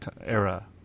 era